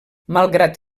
malgrat